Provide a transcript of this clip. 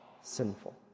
sinful